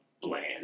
bland